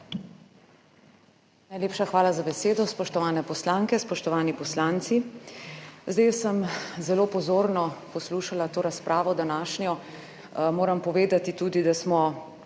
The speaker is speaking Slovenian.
Najlepša hvala za besedo. Spoštovane poslanke, spoštovani poslanci! Jaz sem zelo pozorno poslušala to današnjo razpravo. Moram povedati tudi, da smo